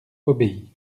obéit